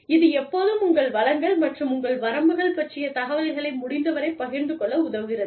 இது எப்போதும் உங்கள் வளங்கள் மற்றும் உங்கள் வரம்புகள் பற்றிய தகவல்களை முடிந்தவரைப் பகிர்ந்து கொள்ள உதவுகிறது